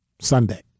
Sunday